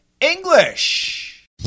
English